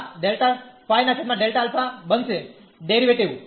આ બનશે ડેરીવેટીવ